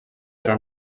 però